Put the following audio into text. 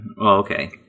Okay